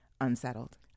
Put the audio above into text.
unsettled